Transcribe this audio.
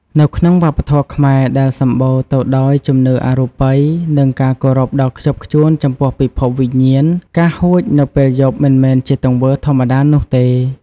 នៅក្នុងវប្បធម៌ខ្មែរដែលសម្បូរទៅដោយជំនឿអរូបិយ និងការគោរពដ៏ខ្ជាប់ខ្ជួនចំពោះពិភពវិញ្ញាណ ការហួចនៅពេលយប់មិនមែនជាទង្វើធម្មតានោះទេ។